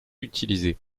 utilisé